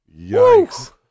Yikes